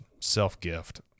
self-gift